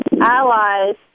allies